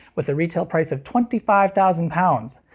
with a retail price of twenty five thousand pounds.